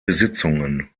besitzungen